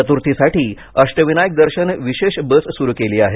चतुर्थीसाठी अष्टविनायक दर्शन विशेष बस सुरु केली आहे